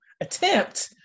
attempt